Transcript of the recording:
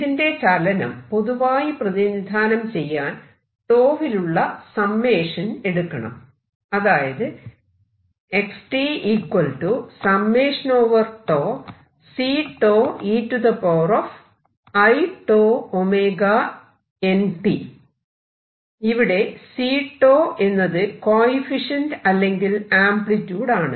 ഇതിന്റെ ചലനം പൊതുവായി പ്രതിനിധാനം ചെയ്യാൻ 𝞃 വിലുള്ള സമ്മേഷൻ എടുക്കണം അതായത് ഇവിടെ C𝞃 എന്നത് കോയെഫിഷ്യന്റ് അല്ലെങ്കിൽ ആംപ്ലിട്യൂഡ് ആണ്